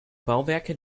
bauwerke